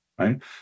right